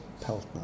Peltner